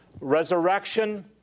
resurrection